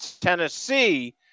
Tennessee